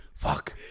fuck